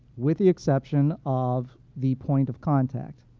with the exception of the point of contact.